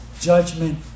judgment